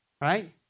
Right